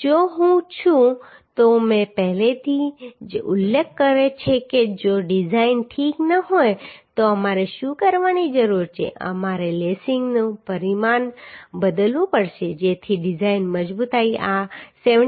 જો હું છું તો મેં પહેલેથી જ ઉલ્લેખ કર્યો છે કે જો ડિઝાઇન ઠીક ન હોય તો અમારે શું કરવાની જરૂર છે અમારે લેસિંગનું પરિમાણ બદલવું પડશે જેથી ડિઝાઇનની મજબૂતાઈ આ 17